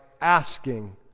asking